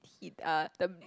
Ti uh the